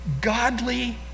godly